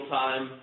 time